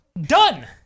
Done